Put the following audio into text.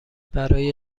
برای